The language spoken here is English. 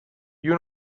you